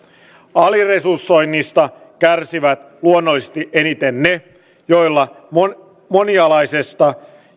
aliresursoinnista kärsivät luonnollisesti eniten ne joille monialaisesta